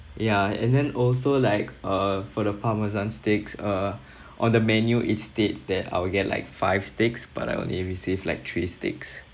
ya and then also like uh for the parmesan sticks uh on the menu it states that I will get like five sticks but I only received like three sticks